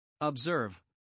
Observe